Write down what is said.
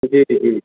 जी जी